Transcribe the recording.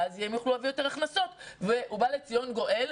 ואז יהיו יותר הכנסות ובא לציון גואל.